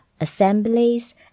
assemblies